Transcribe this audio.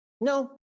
No